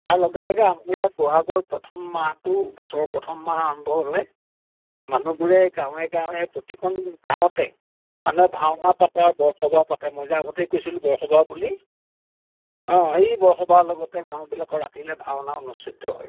তাৰ লগে লগে আমাৰ ইয়াত বহাগৰ প্ৰথম মাহটো বছৰৰ প্ৰথম মাহ আৰম্ভ হ'লে মানুহবোৰে গাঁৱে গাঁৱে প্ৰতিখন গাঁৱতে মানুহে ভাওনা পাতে আৰু বৰসবাহ পাতে মই যে আগতেই কৈছিলোঁ বৰসবাহ বুলি অঁ সেই বৰসবাহৰ লগতে গাঁওবিলাকত ৰাতিলে ভাওনা অনুষ্ঠিত হয়